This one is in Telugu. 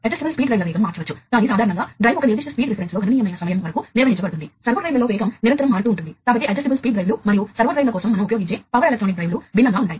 కాబట్టి మనం ఇలా చెప్పుకోవచ్చు టైం ముల్తిప్లేక్సింగ్ విషయంలో ఏమి జరగబోతోంది అంటే వేర్వేరు పరికరాలు వాస్తవానికి ఒకే జత వైర్లపై హై స్పీడ్ డిజిటల్ డేటా ను వాస్తవంగా వేర్వేరు సార్లు కమ్యూనికేట్ చేస్తున్నాయి